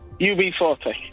UB40